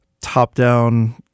top-down